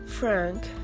Frank